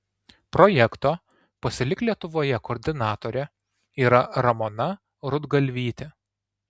projekto pasilik lietuvoje koordinatorė yra ramona rudgalvytė